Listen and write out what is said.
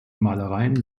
malereien